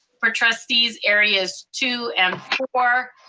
for trustees areas two and four.